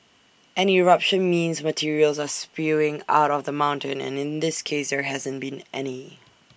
an eruption means materials are spewing out of the mountain and in this case there hasn't been any